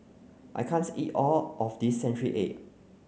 I can't eat all of this century egg